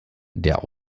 der